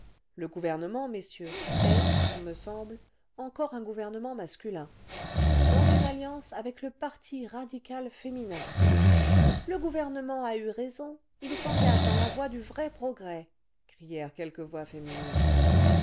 le gouvernement messieurs est ce me semble encore un gouvernement masculin dans une alliance avec le parti radical féminin le gouvernement a eu raison il s'engage dans la voie du vrai progrès crièrent quelques voix féminines